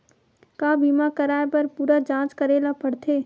का बीमा कराए बर पूरा जांच करेला पड़थे?